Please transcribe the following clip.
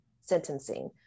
sentencing